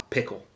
Pickle